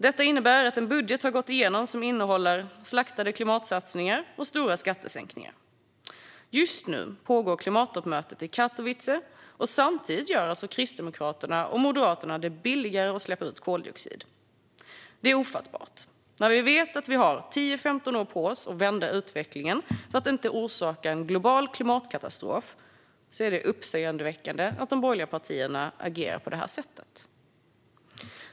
Detta innebär att en budget har gått igenom som innehåller slaktade klimatsatsningar och stora skattesänkningar. Just nu pågår klimattoppmötet i Katowice, och samtidigt gör alltså Kristdemokraterna och Moderaterna det billigare att släppa ut koldioxid. Det är ofattbart. När vi vet att vi har 10-15 år på oss att vända utvecklingen för att inte orsaka en global klimatkatastrof är det uppseendeväckande att de borgerliga partierna agerar på det här sättet.